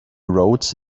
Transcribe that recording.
roads